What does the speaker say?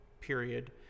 period